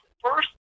First